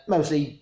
Mostly